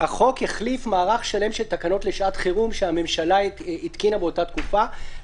החוק החליף מערך שלם של תקנות לשעת חירום שהממשלה התקינה באותה תקופה.